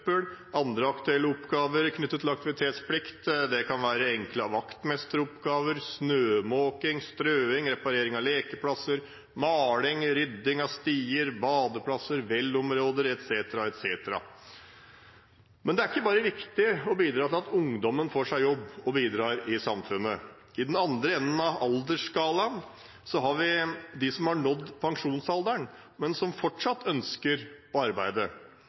søppel. Andre aktuelle oppgaver knyttet til aktivitetsplikt kan være enkle vaktmesteroppgaver, snømåking, strøing, reparering av lekeplasser, maling og rydding av stier, badeplasser, velområder etc. Men det er ikke bare viktig å bidra til at ungdommen får seg jobb og bidrar i samfunnet. I den andre enden av «aldersskalaen» har vi dem som har nådd pensjonsalderen, men som fortsatt ønsker å arbeide.